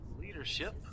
Leadership